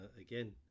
again